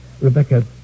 Rebecca